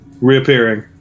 Reappearing